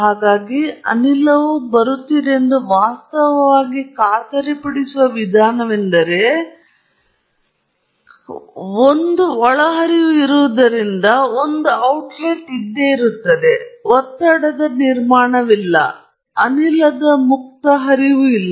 ಹಾಗಾಗಿ ಅನಿಲವು ಬರುತ್ತಿದೆ ಎಂದು ವಾಸ್ತವವಾಗಿ ಖಾತರಿಪಡಿಸುವ ವಿಧಾನವೆಂದರೆ ಅನಿಲವು ಹೊರಹೋಗುತ್ತದೆ ಮತ್ತು ಒಂದು ಒಳಹರಿವು ಇರುವುದರಿಂದ ಮತ್ತು ಔಟ್ಲೆಟ್ ಆಗಿರುತ್ತದೆ ಒತ್ತಡದ ನಿರ್ಮಾಣವಿಲ್ಲ ಅನಿಲದ ಮುಕ್ತ ಹರಿವು ಇಲ್ಲ